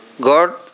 God